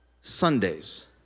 Sundays